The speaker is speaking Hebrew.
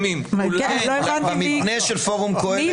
אני לא חושבת שההבדל בין מדינת שלטון חוק למדינה